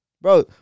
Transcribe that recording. Bro